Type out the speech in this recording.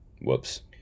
Whoops